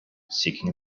seeking